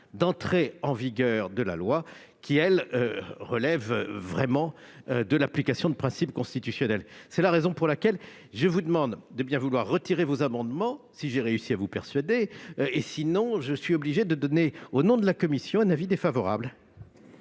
d'entrée en vigueur de la loi, qui, elle, relève de l'application de principes constitutionnels. C'est la raison pour laquelle je vous demande de bien vouloir retirer vos amendements, si j'ai réussi à vous persuader. À défaut, je serai obligé de donner, au nom de la commission, un avis défavorable.